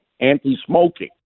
anti-smoking